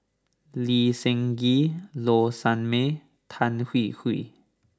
Lee Seng Gee Low Sanmay Tan Hwee Hwee